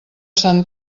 sant